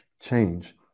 change